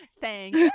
Thank